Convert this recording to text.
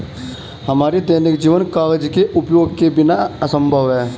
हमारा दैनिक जीवन कागज के उपयोग के बिना असंभव है